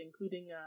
including